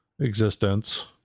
existence